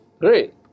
Great